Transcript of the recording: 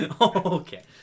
okay